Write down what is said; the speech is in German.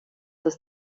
das